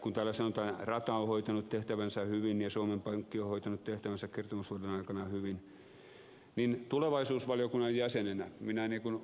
kun täällä sanotaan että rata on hoitanut tehtävänsä hyvin ja suomen pankki on hoitanut tehtävänsä kertomusvuoden aikana hyvin niin tulevaisuusvaliokunnan jäsenenä niin minä kuin